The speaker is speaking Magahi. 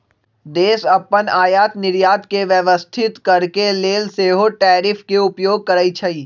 देश अप्पन आयात निर्यात के व्यवस्थित करके लेल सेहो टैरिफ के उपयोग करइ छइ